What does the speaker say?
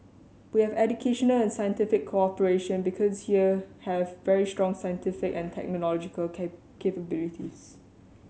we have educational and scientific cooperation because you have very strong scientific and technological capabilities